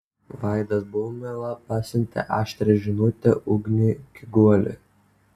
vaidas baumila pasiuntė aštrią žinutę ugniui kiguoliui